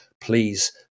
please